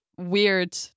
weird